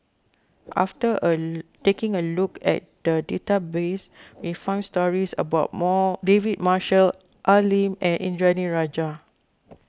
after a taking a look at the database we found stories about more David Marshall Al Lim and Indranee Rajah